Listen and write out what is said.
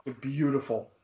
Beautiful